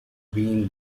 been